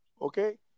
Okay